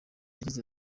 yagize